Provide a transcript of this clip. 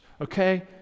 okay